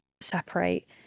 separate